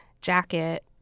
jacket